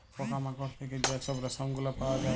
পকা মাকড় থ্যাইকে যে ছব রেশম গুলা পাউয়া যায়